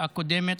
-- בקדנציה הקודמת,